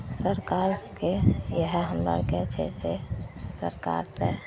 सरकारके इएह हमरा आओरके छै सरकार तऽ